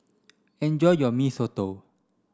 enjoy your Mee Soto